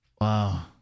Wow